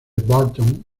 burton